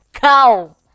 go